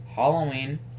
Halloween